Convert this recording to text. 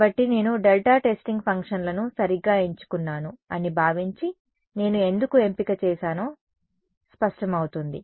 కాబట్టి అవును నేను డెల్టా టెస్టింగ్ ఫంక్షన్లను సరిగ్గా ఎంచుకున్నాను అని భావించి నేను ఎందుకు ఎంపిక చేశానో స్పష్టమవుతుంది